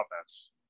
offense